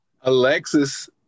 Alexis